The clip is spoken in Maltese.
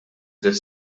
tliet